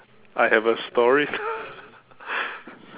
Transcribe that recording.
I have a story